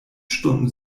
stunden